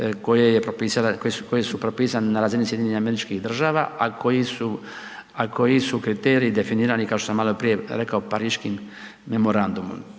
koji su propisani na razini SAD-a, a koji su kriteriji definirani, kao što sam maloprije rekao, Pariškim memorandumom.